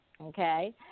okay